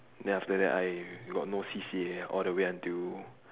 then after that I got no C_C_A all the way until